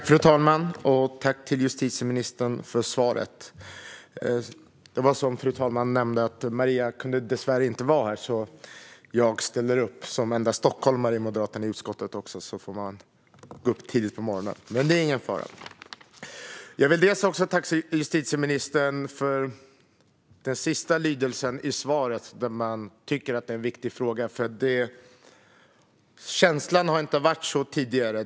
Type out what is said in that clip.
Fru talman! Tack, justitieministern, för svaret! Som fru talmannen nämnde kunde Maria dessvärre inte vara här, så jag som enda stockholmare av moderaterna i utskottet ställer upp. Jag fick gå upp tidigt på morgonen, men det är ingen fara. Jag vill tacka justitieministern för den sista lydelsen i svaret, att det är en viktig fråga. Det har inte varit känslan tidigare.